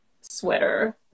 sweater